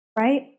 right